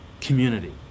community